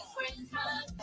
Christmas